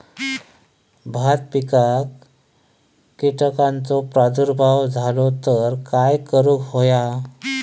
भात पिकांक कीटकांचो प्रादुर्भाव झालो तर काय करूक होया?